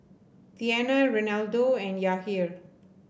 Tiana Reinaldo and Yahir